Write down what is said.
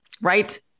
Right